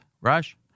rush